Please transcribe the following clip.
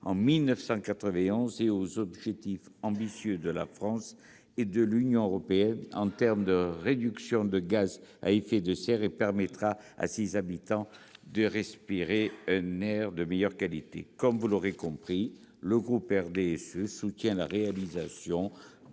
en 1991 et aux objectifs ambitieux de la France et de l'Union européenne en termes de réduction de gaz à effet de serre : il permettra aux habitants des zones concernées de respirer un air de meilleure qualité. Comme vous l'aurez compris, le groupe du RDSE soutient la réalisation